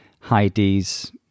Heidi's